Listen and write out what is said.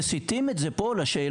ומסיטים את זה פה לשאלה